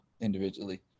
individually